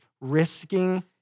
risking